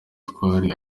twari